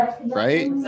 right